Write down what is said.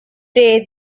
day